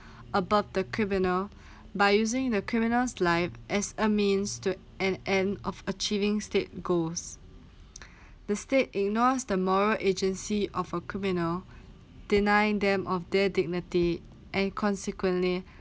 abut the criminal by using the criminal's lives as a means to an end of achieving state goals the state ignores the moral agency of a criminal denying them of their dignity and consequently